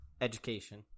education